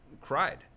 cried